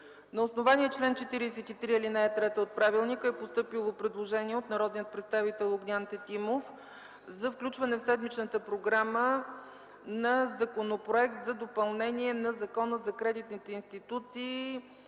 На основание чл. 43, ал. 3 от правилника е постъпило предложение от народния представител Огнян Тетимов за включване в седмичната програма на Законопроект за допълнение на Закона за кредитните институции